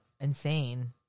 insane